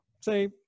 say